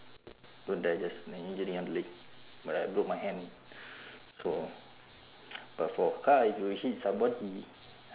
don't die just an injury on the leg but I broke my hand so but for car if you hit somebody